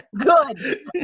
Good